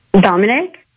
Dominic